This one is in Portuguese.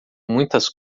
muitas